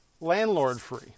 landlord-free